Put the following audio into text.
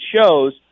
shows